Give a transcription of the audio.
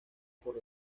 por